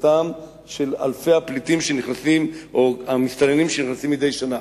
כניסתם של אלפי המסתננים שנכנסים מדי שנה.